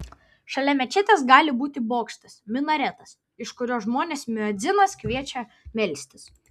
šalia mečetės gali būti bokštas minaretas iš kurio žmones muedzinas kviečia melstis